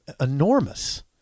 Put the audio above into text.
enormous